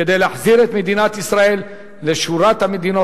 כדי להחזיר את מדינת ישראל לשורת המדינות